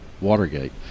Watergate